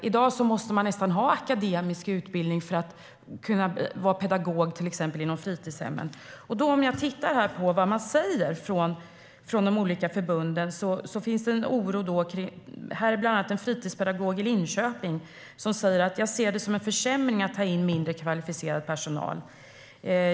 I dag måste man nästan ha akademisk utbildning för att kunna vara pedagog på till exempel fritidshem. De olika förbunden uttrycker oro. En fritidspedagog i Linköping säger att hon ser det som en försämring att ta in mindre kvalificerad personal.